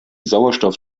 sauerstoff